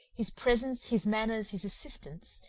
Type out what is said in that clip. his presence, his manners, his assistance,